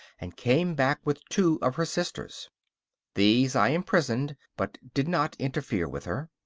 and came back with two of her sisters these i imprisoned, but did not interfere with her.